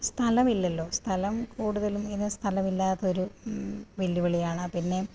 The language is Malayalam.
സ്ഥലമില്ലല്ലോ സ്ഥലം കൂടുതലും ഇങ്ങനെ സ്ഥലമില്ലാത്തതൊരു വെല്ലുവിളിയാണ് പിന്നെ